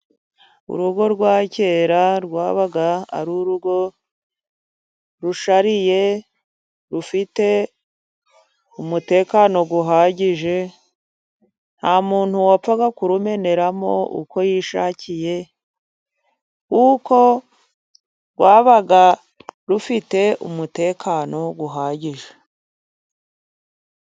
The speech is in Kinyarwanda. Urugo rwa kera rwabaga ari urugo rushariye, rufite umutekano uhagije, nta muntu wapfaga kurumeneramo uko yishakiye, kuko rwabaga rufite umutekano uhagije.